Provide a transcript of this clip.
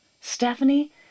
Stephanie